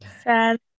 Sad